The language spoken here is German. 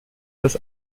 dass